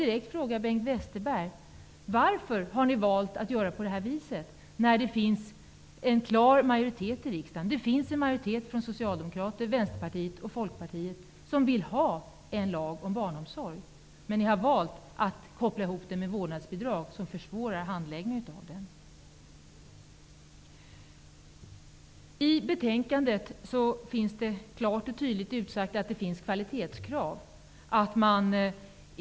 Jag vill fråga Bengt Westerberg varför regeringen valt att göra på detta vis när en klar majoritet i riksdagen -- Socialdemokraterna, Vänsterpartiet och Folkpartiet -- vill ha en lag om barnomsorg? Ni har valt att koppla ihop den frågan med frågan om vårdnadsbidrag, vilket försvårar handläggningen. Det skrivs klart och tydligt i betänkandet att det finns kvalitetskrav.